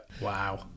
wow